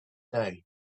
day